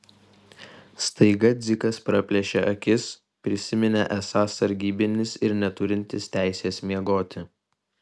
staiga dzikas praplėšė akis prisiminė esąs sargybinis ir neturintis teisės miegoti